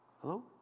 Hello